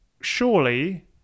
surely